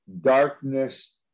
darkness